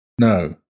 No